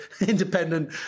independent